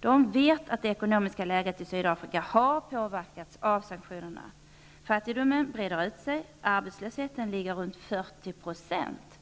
De vet att det ekonomiska läget i Sydafrika har påverkats av sanktionerna. Fattigdomen breder ut sig. Arbetslösheten ligger runt 40 %.